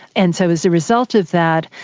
and so as a result of that,